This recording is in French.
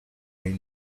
une